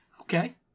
okay